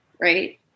right